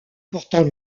pourtant